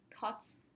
thoughts